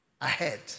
ahead